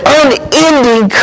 unending